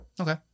Okay